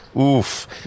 Oof